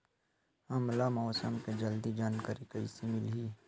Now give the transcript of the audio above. हमला मौसम के जल्दी जानकारी कइसे मिलही?